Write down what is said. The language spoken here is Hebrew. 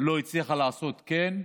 לא הצליחה לעשות כן.